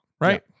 right